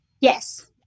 Yes